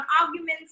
arguments